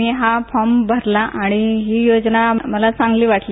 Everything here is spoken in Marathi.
मी हा फॉर्म भरला आणि मला ही योजना चांगली वाटली